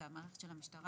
זו המערכת של המשטרה